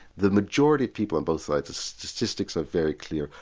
the majority of people on both sides, the statistics are very clear,